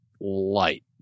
light